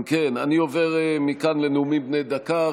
אם כן, אני עובר מכאן לנאומים בני דקה.